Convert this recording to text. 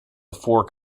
fork